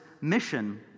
mission